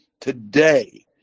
today